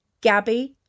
Gabby